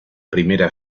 primera